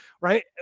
Right